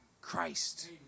Christ